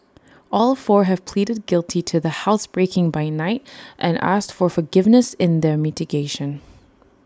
all four have pleaded guilty to the housebreaking by night and asked for forgiveness in their mitigation